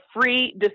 free